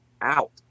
out